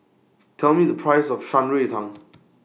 Tell Me The Price of Shan Rui Tang